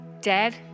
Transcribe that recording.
dad